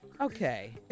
Okay